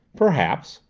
perhaps.